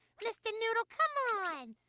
mr. noodle, come. ah and